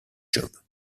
job